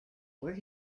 where